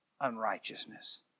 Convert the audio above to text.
unrighteousness